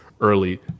early